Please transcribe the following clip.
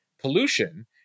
pollution